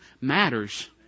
matters